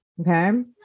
Okay